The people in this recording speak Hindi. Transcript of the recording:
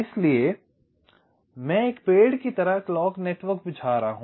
इसलिए मैं एक पेड़ की तरह क्लॉक नेटवर्क बिछा रहा हूं